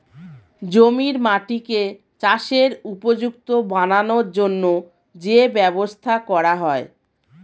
জমির মাটিকে চাষের উপযুক্ত বানানোর জন্যে যে ব্যবস্থা করা হয়